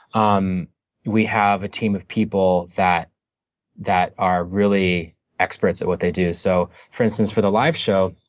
um we have a team of people that that are really experts at what they do. so for instance, for the live show,